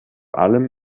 allem